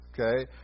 Okay